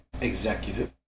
executive